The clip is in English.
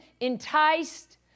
enticed